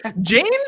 James